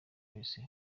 wese